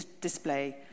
display